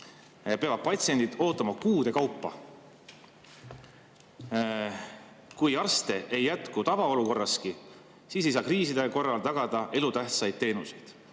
peavad patsiendid ootama kuude kaupa. Kui arste ei jätku tavaolukorraski, ei saa kriiside korral tagada elutähtsaid teenuseid."